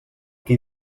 qui